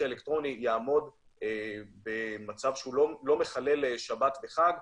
האלקטרוני יעמוד במצב שהוא לא מחלל שבת וחג,